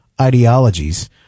ideologies